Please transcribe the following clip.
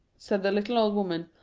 said the little old woman,